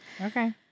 Okay